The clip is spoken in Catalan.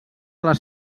les